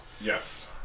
Yes